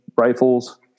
rifles